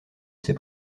ses